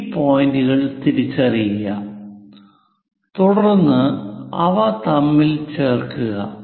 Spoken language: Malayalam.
ഈ പോയിന്റുകൾ തിരിച്ചറിയുക തുടർന്ന് അവ തമ്മിൽ ചേർക്കുക